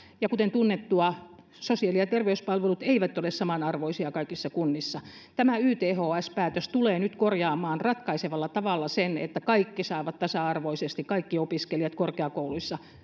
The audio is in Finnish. kuten tunnettua sosiaali ja terveyspalvelut eivät ole samanarvoisia kaikissa kunnissa tämä yths päätös tulee nyt korjaamaan ratkaisevalla tavalla sen että kaikki saavat tasa arvoisesti kaikki opiskelijat korkeakouluissa